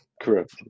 correct